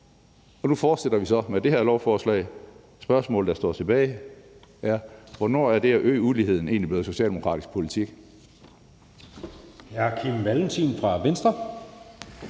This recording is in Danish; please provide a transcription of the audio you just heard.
Og nu fortsætter vi så med det her lovforslag. Spørgsmålet, der står tilbage, er: Hvornår er det at øge uligheden egentlig blevet socialdemokratisk politik?